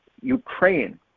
Ukraine